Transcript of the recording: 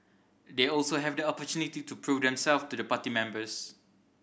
they also have the opportunity to prove themselves to the party members